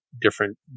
different